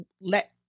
let